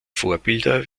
vorbilder